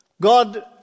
God